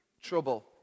trouble